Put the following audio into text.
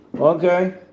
Okay